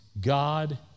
God